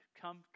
come